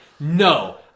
No